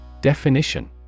Definition